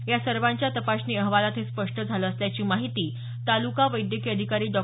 या सर्वांच्या तपासणी अहवालात हे स्पष्ट झालं असल्याची माहिती तालुका वैद्यकीय अधिकारी डॉ